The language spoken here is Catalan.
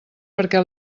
perquè